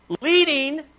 leading